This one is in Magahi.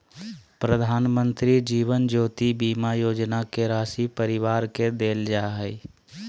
प्रधानमंत्री जीवन ज्योति बीमा योजना के राशी परिवार के देल जा हइ